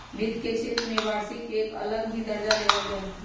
वित्त के क्षेत्र में वार्षिक के एक अलग ही दर्जा देवल जा हई